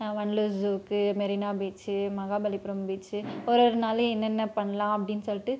வண்டலூர் ஜூவுக்கு Marina beach Mahabalipuram beach ஒரு ஒரு நாளும் என்னென்ன பண்ணலாம் அப்படின்னு சொல்லிட்டு